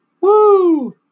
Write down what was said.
Woo